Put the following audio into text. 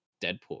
Deadpool